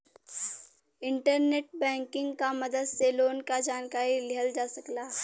internet banking क मदद से लोन क जानकारी लिहल जा सकला